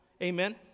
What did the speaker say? Amen